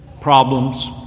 problems